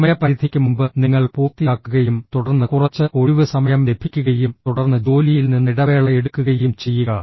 സമയപരിധിക്ക് മുമ്പ് നിങ്ങൾ പൂർത്തിയാക്കുകയും തുടർന്ന് കുറച്ച് ഒഴിവു സമയം ലഭിക്കുകയും തുടർന്ന് ജോലിയിൽ നിന്ന് ഇടവേള എടുക്കുകയും ചെയ്യുക